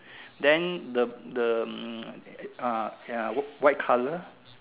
then the the hmm ah ya white color